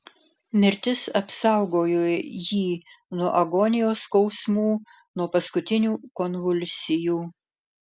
mirtis apsaugojo jį nuo agonijos skausmų nuo paskutinių konvulsijų